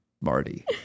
Marty